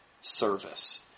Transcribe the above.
service